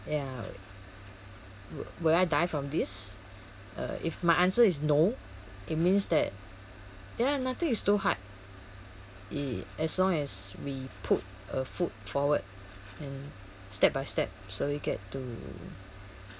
ya will I die from this uh if my answer is no it means that ya nothing is too hard it as long as we put a foot forward and step-by-step so you get to